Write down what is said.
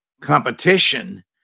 competition